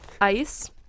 Ice